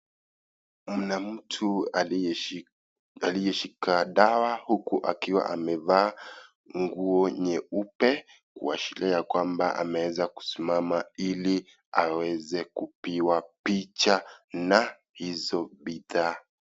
Mna mtu aliyeshika dawa huku akiwa amevaa nguo nyeupe kuashiria ya kwamba ameweza kusimama ili aweze kupigwa picha na hizo bidhaa.